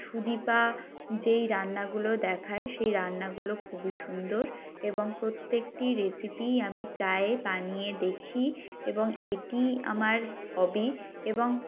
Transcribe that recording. সুদীপা যেই রান্নাগুলো দেখায় সেই রান্নাগুলো খুবই সুন্দর এবং প্রত্যেকটি রেসিপিই আমি প্রায় বানিয়ে দেখি এবং এটি আমার হবি এবং